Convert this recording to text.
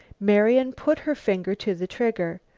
marian put her finger to the trigger.